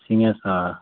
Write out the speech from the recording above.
Siheshwar